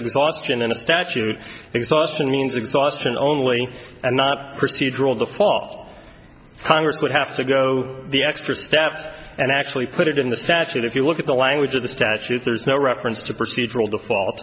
exhaustion in the statute exhaustion means exhaustion only and not procedural default congress would have to go the extra staff and actually put it in the statute if you look at the language of the statute there's no reference to procedural default